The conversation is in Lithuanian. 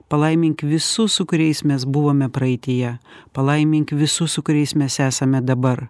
palaimink visus su kuriais mes buvome praeityje palaimink visus su kuriais mes esame dabar